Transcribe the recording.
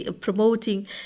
promoting